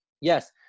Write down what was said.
Yes